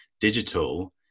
digital